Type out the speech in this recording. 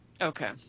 okay